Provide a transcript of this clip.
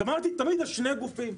סמכתי תמיד על שני גופים,